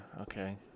Okay